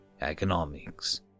economics